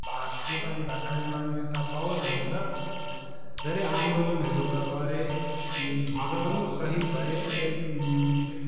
भाष नेपाली भाषाले मान्यता पाओस् भनेर धेरै आन्दोलनहरू गरे हजारौँ सहिद भए त्यहाँदेखि